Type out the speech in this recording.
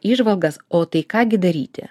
įžvalgas o tai ką gi daryti